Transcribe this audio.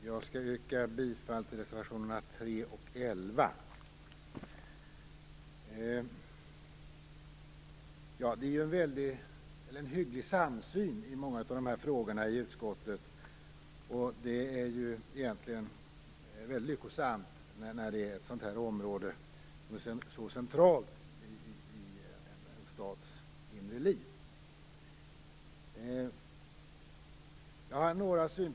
Fru talman! Jag yrkar bifall till reservationerna 3 Det är en hygglig samsyn i utskottet när det gäller många av dessa frågor. Det är ju egentligen mycket lyckosamt i fråga om ett sådant område som är så centralt i en stats inre liv.